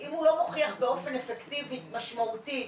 ואם הוא לא מוכיח באופן אפקטיבי משמעותית